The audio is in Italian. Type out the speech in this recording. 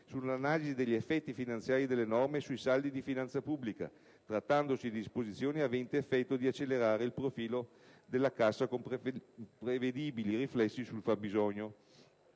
sull'analisi degli effetti finanziari delle norme sui saldi di finanza pubblica, trattandosi di disposizioni aventi l'effetto di accelerare il profilo della cassa con prevedibili riflessi sul fabbisogno;